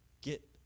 get